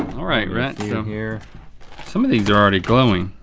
all right rhett, so here some of these are already glowing.